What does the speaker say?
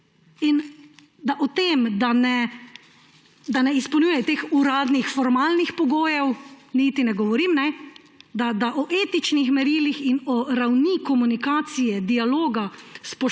je. Da o tem, da ne izpolnjuje teh formalnih pogojev, niti ne govorim. Da o etičnih merilih in ravni komunikacije, dialoga,